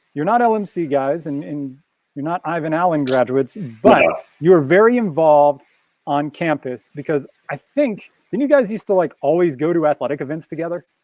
you're not lmc guys and you're not ivan allen graduates, but you were very involved on campus because i think then you guys used to like always go to athletic events together?